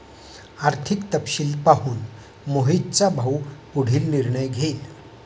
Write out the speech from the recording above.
आर्थिक तपशील पाहून मोहितचा भाऊ पुढील निर्णय घेईल